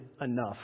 enough